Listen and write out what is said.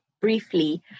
briefly